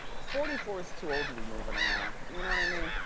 forty four is too old to be movin' around, you know what i mean?